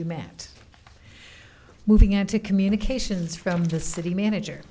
you matt moving on to communications from the city manager